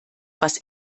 was